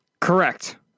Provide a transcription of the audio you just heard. Correct